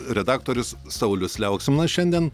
redaktorius saulius liauksminas šiandien